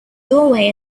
doorway